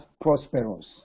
prosperous